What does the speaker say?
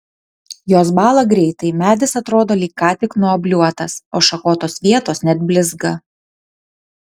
jos bąla greitai medis atrodo lyg ką tik nuobliuotas o šakotos vietos net blizga